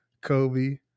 Kobe